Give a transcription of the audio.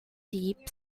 deep